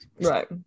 Right